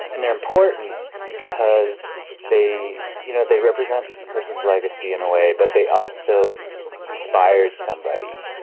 and they're important because they you know they represent a person's legacy in a way, but they also inspired somebody.